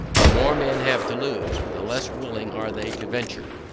the more men have to lose, the less willing are they to venture.